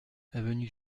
avenue